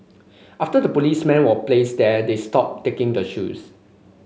after the policeman were placed there they stopped taking the shoes